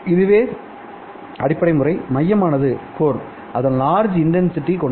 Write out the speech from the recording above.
இதுவே அடிப்படை முறைமையமானது அதன் லார்ஜ் இன்டன்சிடி கொண்டது